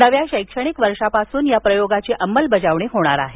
नव्या शैक्षणिक वर्षापासून या प्रयोगाची अमलबजावणी होणार आहे